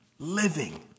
living